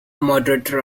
moderator